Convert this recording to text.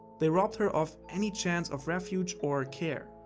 they robbed her of any chance of refuge or care.